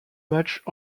matchs